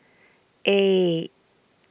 eight